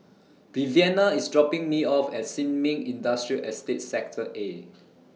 Viviana IS dropping Me off At Sin Ming Industrial Estate Sector A